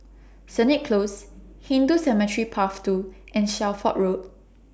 Sennett Close Hindu Cemetery Path two and Shelford Road